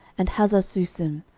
and hazarsusim,